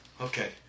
Okay